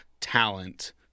talent